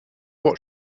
what